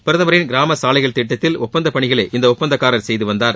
பிரதமரின் கிராம சாலைகள் திட்டத்தில் ஒப்பந்த பணிகளை இந்த ஒப்பந்ததாரர் செய்து வந்தார்